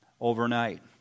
overnight